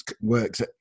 works